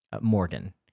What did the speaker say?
Morgan